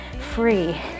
free